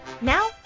Now